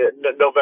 November